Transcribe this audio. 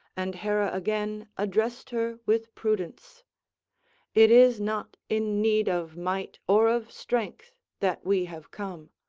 and hera again addressed her with prudence it is not in need of might or of strength that we have come.